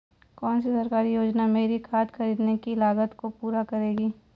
कौन सी सरकारी योजना मेरी खाद खरीदने की लागत को पूरा करेगी?